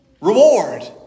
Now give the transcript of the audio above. Reward